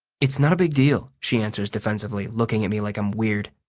it's not a big deal, she answers defensively, looking at me like i'm weird.